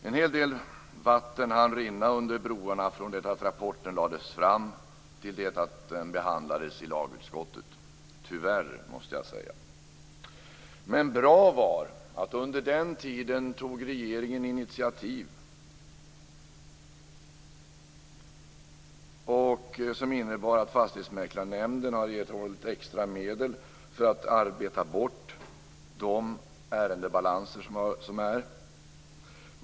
En hel del vatten hann rinna under broarna från det att rapporten lades fram till dess att den behandlades i lagutskottet - tyvärr, måste jag säga. Men det var bra att regeringen under den tiden tog initiativ som innebar att Fastighetsmäklarnämnden har erhållit extra medel för att arbeta bort de ärendebalanser som har funnits.